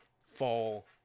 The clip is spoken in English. fall